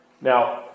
now